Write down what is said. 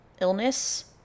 illness